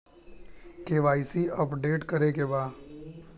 KYC update करे के बा?